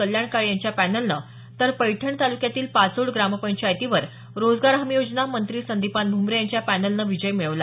कल्याण काळे यांच्या पॅनलनं तर पैठण तालुक्यातील पाचोड ग्रामपंचायतीवर रोजगार हमी योजना मंत्री संदिपान भुमरे यांचं पॅनलने विजय मिळवला